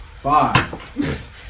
Five